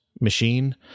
machine